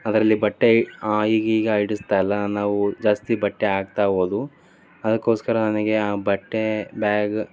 ಅದರಲ್ಲಿ ಬಟ್ಟೆ ಈಗೀಗ ಹಿಡಿಸ್ತಾ ಇಲ್ಲ ನಾವು ಜಾಸ್ತಿ ಬಟ್ಟೆ ಹಾಕ್ತ ಹೋದ್ವು ಅದಕ್ಕೋಸ್ಕರ ನನಗೆ ಆ ಬಟ್ಟೆ ಬ್ಯಾಗ್